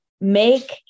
make